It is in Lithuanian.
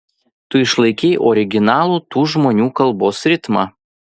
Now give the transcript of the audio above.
tu išlaikei originalų tų žmonių kalbos ritmą